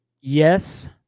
Yes